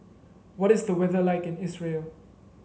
what is the weather like in Israel